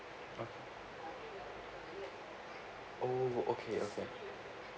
oh oh okay okay